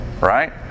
right